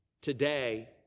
Today